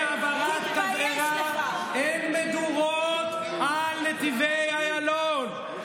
חברת הכנסת אורנה ברביבאי, תודה.